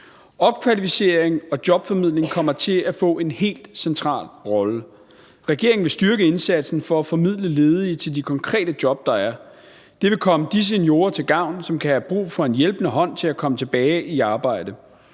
Opkvalificering og jobformidling kommer til at få en helt central rolle. Regeringen vil styrke indsatsen for at formidle til ledige de konkrete job, der er. Det vil komme de seniorer til gavn, som kan have brug for en hjælpende hånd til at komme tilbage i arbejde.